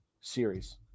series